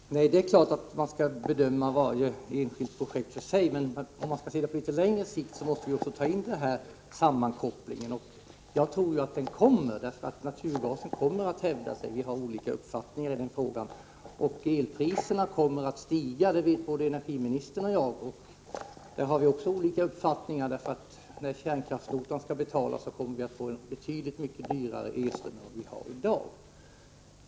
Herr talman! Det är klart att man skall bedöma varje enskilt projekt för sig. Men om man skall se detta på litet längre sikt måste man också beakta denna sammankoppling. Jag tror att den kommer, eftersom naturgasen kommer att hävda sig. Vi har olika uppfattningar i denna fråga. Elpriserna kommer att stiga, det vet både energiministern och jag. I fråga om detta har vi också olika uppfattningar. När kärnkraftsnotan skall betalas kommer vi att få en betydligt mycket dyrare elström än vi har i dag.